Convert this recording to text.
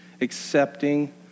accepting